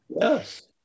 Yes